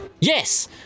Yes